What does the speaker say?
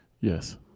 Yes